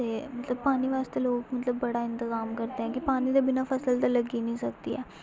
ते मतलब पानी बास्तै लोक मतलब बड़ा इंतजाम करदे ऐ कि पानी दे बिना फसल ते लग्गी निं सकदी ऐ